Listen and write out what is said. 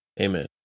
Amen